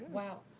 wow.